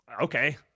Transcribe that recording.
Okay